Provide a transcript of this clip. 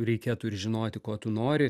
reikėtų ir žinoti ko tu nori